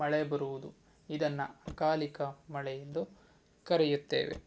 ಮಳೆ ಬರುವುದು ಇದನ್ನು ಅಕಾಲಿಕ ಮಳೆ ಎಂದು ಕರೆಯುತ್ತೇವೆ